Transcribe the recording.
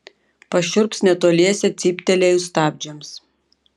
pašiurps netoliese cyptelėjus stabdžiams